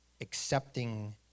Accepting